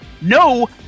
no